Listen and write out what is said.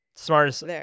Smartest